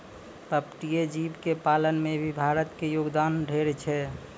पर्पटीय जीव के पालन में भी भारत के योगदान ढेर छै